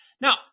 Now